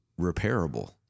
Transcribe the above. repairable